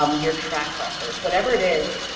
um your track record, whatever it is,